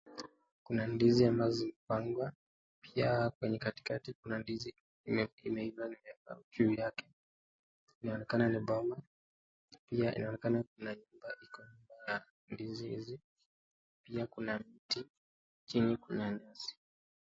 Kuna ndizi ambazo zimepangwa pia kwenye katikati kuna ndizi ime imeiva, imepangwa juu yake. Inaonekana ni boma, pia inaonekana kuna nyumba iko karibu na ndizi hizi, pia kuna mti, chini kuna nyasi.